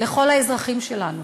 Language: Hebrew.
לכל האזרחים שלנו.